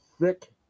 thick